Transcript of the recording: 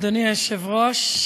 אדוני היושב-ראש,